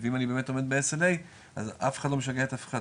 לפעמים אני באמת עומד ב-SLA אז אף אחד לא משגע את אף אחד,